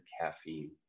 caffeine